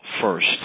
first